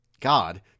God